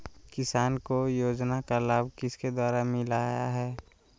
किसान को योजना का लाभ किसके द्वारा मिलाया है?